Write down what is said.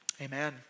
Amen